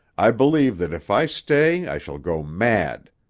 i believe that if i stay i shall go mad.